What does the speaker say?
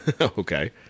Okay